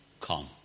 come